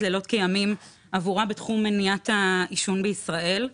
לילות כימים עבורה בתחום מניעת העישון בישראל.